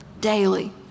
daily